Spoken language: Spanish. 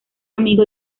amigo